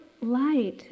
light